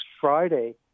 Friday